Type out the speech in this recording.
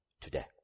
today